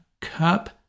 Cup